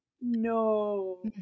no